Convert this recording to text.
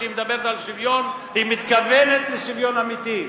כשהיא מדברת על שוויון היא מתכוונת לשוויון אמיתי.